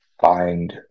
find